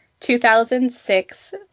2006